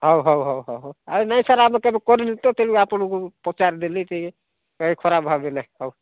ହେଉ ହେଉ ହେଉ ହେଉ ନାହିଁ ସାର୍ ଆମେ କେବେ କରିନୁ ତ ତେଣୁ ଆପଣଙ୍କୁ ପଚାରିଦେଲି ଟିକେ ଖରାପ ଭାବିଲେ ହେଉ